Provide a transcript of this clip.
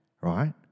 right